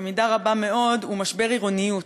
במידה רבה מאוד הוא משבר עירוניות.